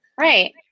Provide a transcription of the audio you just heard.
Right